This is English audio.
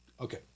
Okay